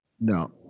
No